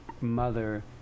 mother